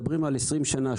מדברים על 20 שנה,